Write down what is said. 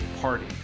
party